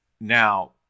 now